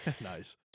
Nice